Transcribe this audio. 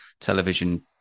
television